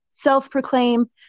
self-proclaim